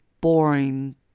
boring